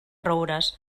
roures